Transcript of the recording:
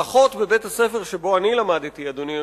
האחות בבית-הספר שבו אני למדתי, אדוני היושב-ראש,